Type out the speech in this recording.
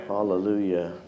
Hallelujah